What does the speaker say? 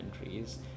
entries